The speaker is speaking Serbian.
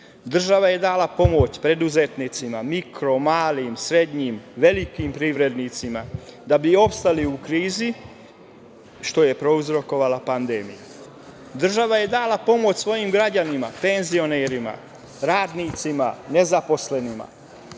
zemlja. Država je dala pomoć preduzetnicima, mikro, malim, srednjim, velikim privrednicima da bi opstali u krizi, što je prouzrokovala pandemija. Država je dala pomoć svojim građanima, penzionerima, radnicima, nezaposlenima.